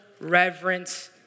reverence